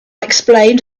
explained